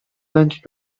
lunch